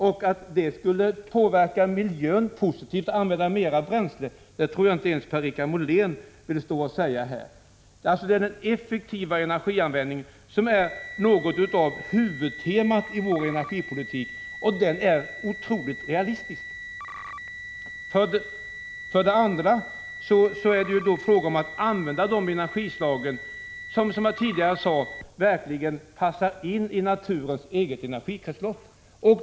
Och att det skulle påverka miljön positivt att använda mera bränsle tror jag inte ens Per-Richard Molén vill stå här och säga. Den effektiva energianvändningen är alltså något av ett huvudtema i vår energipolitik, och den är mycket realistisk. Vidare är det ju, som jag tidigare sade, fråga om att använda de energislag som verkligen passar in i naturens eget energikretslopp.